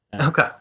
okay